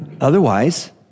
Otherwise